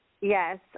Yes